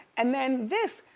and then this,